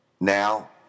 now